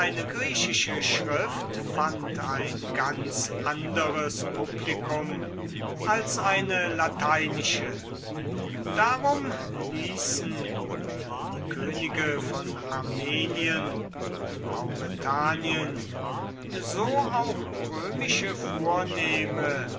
griechische schrift fand ein ganz anderes publikum als eine lateinische darum ließen wie die könige von armenien und mauretanien so auch römische vornehme